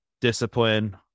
discipline